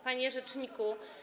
Panie Rzeczniku!